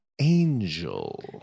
angel